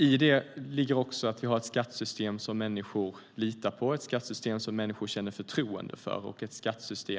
I det ligger också att vi har ett skattesystem som människor litar på och känner förtroende för.